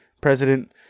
president